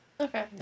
Okay